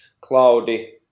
cloudy